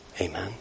Amen